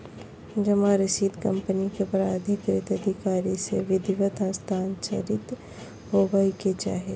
जमा रसीद कंपनी के प्राधिकृत अधिकारी से विधिवत हस्ताक्षरित होबय के चाही